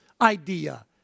idea